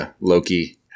Loki